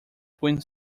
twin